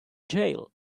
jail